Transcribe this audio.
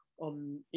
on